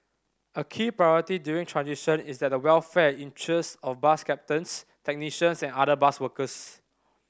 a key priority during transition is that the welfare interest of bus captains technicians and other bus workers